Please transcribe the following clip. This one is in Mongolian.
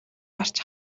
гарч